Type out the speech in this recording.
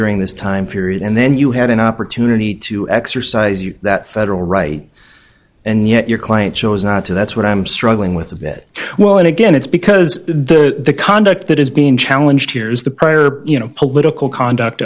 during this time period and then you had an opportunity to exercise you that federal right and yet your client chose not to that's what i'm struggling with a bit well and again it's because the conduct that is being challenged here is the prior you know political conduct